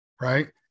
right